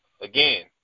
again